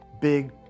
big